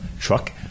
truck